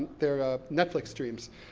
their netflix streams.